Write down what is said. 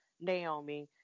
Naomi